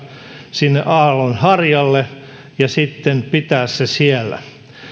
sinne aallonharjalle ja sitten pitää se siellä